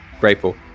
grateful